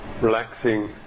Relaxing